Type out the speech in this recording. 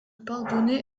pardonner